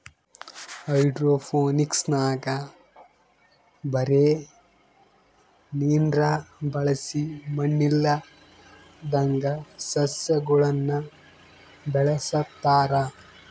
ಹೈಡ್ರೋಫೋನಿಕ್ಸ್ನಾಗ ಬರೇ ನೀರ್ನ ಬಳಸಿ ಮಣ್ಣಿಲ್ಲದಂಗ ಸಸ್ಯಗುಳನ ಬೆಳೆಸತಾರ